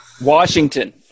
Washington